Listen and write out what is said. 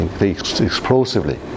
explosively